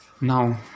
Now